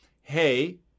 hey